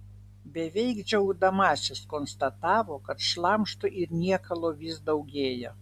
beveik džiaugdamasis konstatavo kad šlamšto ir niekalo vis daugėja